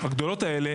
הגדולות האלה,